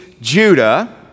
Judah